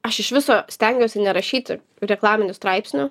aš iš viso stengiuosi nerašyti reklaminių straipsnių